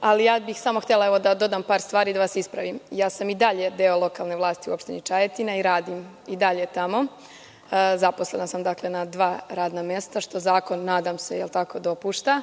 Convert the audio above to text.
ali ja bih samo htela da dodam par stvari da vas ispravim. Ja sam i dalje deo lokalne vlasti u Opštini Čajetina i radim i dalje tamo. Zaposlena sam na dva radna mesta, što zakon, nadam se, dopušta.